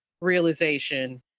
realization